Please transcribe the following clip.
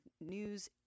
news